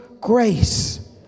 grace